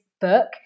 book